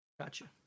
Gotcha